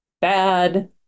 bad